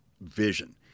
vision